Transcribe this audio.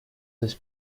this